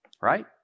right